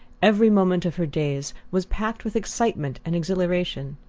every moment of her days was packed with excitement and exhilaration.